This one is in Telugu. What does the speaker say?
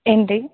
ఏంటీ